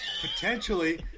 potentially